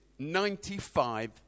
95